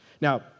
Now